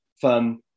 fun